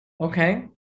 Okay